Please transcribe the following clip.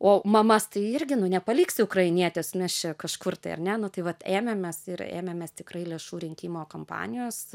o mamas tai irgi nu nepaliksi ukrainietes mes čia kažkur tai ar ne nu tai vat ėmėmės ir ėmėmės tikrai lėšų rinkimo kampanijos